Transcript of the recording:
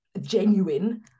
genuine